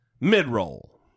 mid-roll